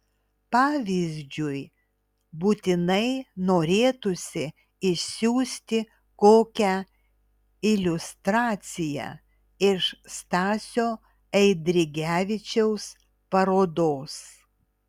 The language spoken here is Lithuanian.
pavyzdžiui būtinai norėtųsi išsiųsti kokią iliustraciją iš stasio eidrigevičiaus parodos